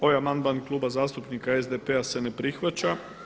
Ovaj amandman Kluba zastupnika SDP-a se ne prihvaća.